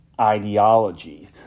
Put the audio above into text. ideology